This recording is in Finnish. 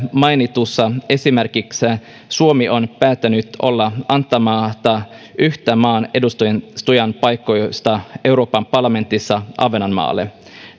mainitussa esimerkissä suomi on päättänyt olla antamatta yhtä maan edustajanpaikoista euroopan parlamentissa ahvenanmaalle